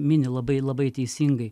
mini labai labai teisingai